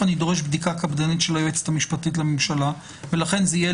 אני דורש בדיקה קפדנית של היועצת המשפטית לממשלה ולכן זה יהיה